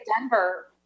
Denver